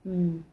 mm